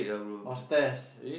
or stairs